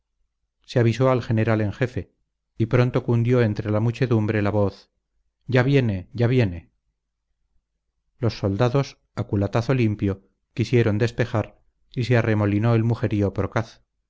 se avisó al general en jefe y pronto cundió entre la muchedumbre la voz ya viene ya viene los soldados a culatazo limpio quisieron despejar y se arremolinó el mujerío procaz